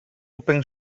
open